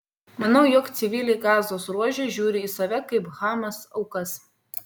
manau jog civiliai gazos ruože žiūri į save kaip hamas aukas